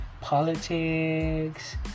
politics